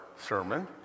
sermon